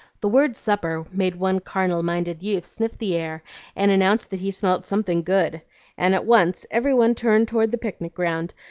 the word supper made one carnal-minded youth sniff the air and announce that he smelt something good and at once every one turned toward the picnic ground,